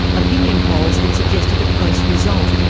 opinion polls had suggested a close result,